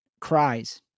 cries